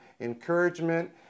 encouragement